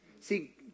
See